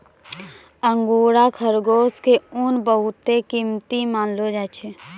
angora खरगोश के ऊन बहुत कीमती मानलो जाय छै